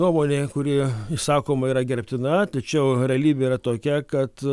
nuomonė kuri išsakoma yra gerbtina tačiau realybė yra tokia kad